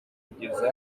kugeza